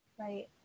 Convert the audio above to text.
Right